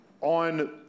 on